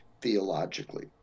theologically